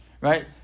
Right